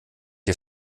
ihr